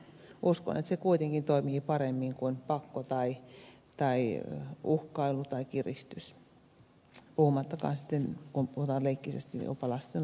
uskon että se kuitenkin toimii paremmin kuin pakko tai uhkailu tai kiristys puhumattakaan sitten kuten puhutaan leikkisästi jopa lasten lahjonnasta